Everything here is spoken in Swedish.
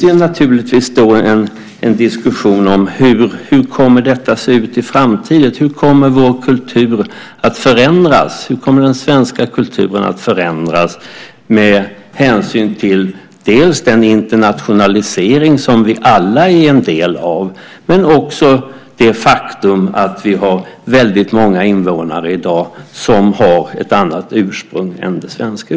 Det finns då en diskussion om hur detta kommer att se ut i framtiden: Hur kommer den svenska kulturen att förändras med hänsyn till dels den internationalisering som vi alla är en del av, dels det faktum att vi i dag har väldigt många invånare som har ett annat ursprung än det svenska.